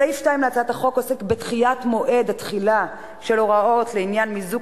סעיף 2 להצעת החוק עוסק בדחיית מועד התחילה של הוראות לעניין מיזוג